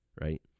right